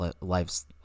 life's